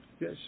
Yes